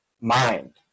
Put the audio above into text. mind